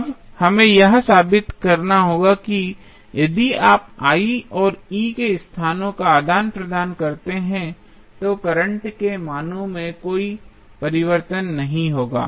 अब हमें यह साबित करना होगा कि यदि आप I और E के स्थानों का आदान प्रदान करते हैं तो करंट के मानों में परिवर्तन नहीं होगा